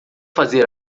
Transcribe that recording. fazer